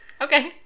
Okay